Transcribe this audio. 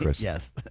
Yes